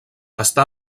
està